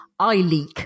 iLeak